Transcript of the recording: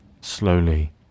Slowly